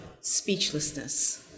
speechlessness